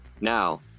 Now